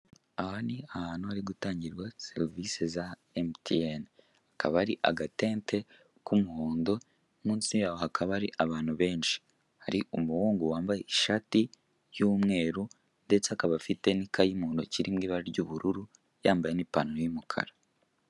Aha ni ahantu hari gutangirwa serivise za emutiyene, akaba ari agatente k'umuhondo munsi yaho hakaba hari abantu benshi, hari umuhungu wambaye ishati y'umweru ndetse akaba afite n'ikayi mu ntoki iri mu ibara ry'ubururu yambaye n'ipantaro y'umukara.